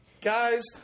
guys